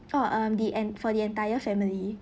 oh um the en~ for the entire family